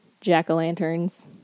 jack-o'-lanterns